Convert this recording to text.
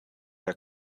der